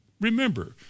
Remember